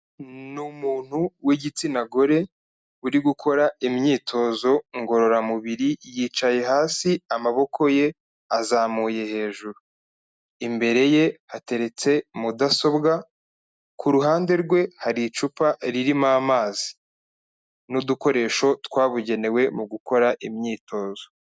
Ni umuntu w'igitsina gore uri gukora imyitozo ngororamubiri, yicaye hasi amaboko ye azamuye hejuru, imbere ye hateretse mudasobwa, ku ruhande rwe hari icupa ririmo amazi n'udukoresho twabugenewe mu gukora imyitozo.